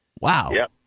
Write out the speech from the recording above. Wow